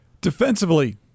Defensively